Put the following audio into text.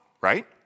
right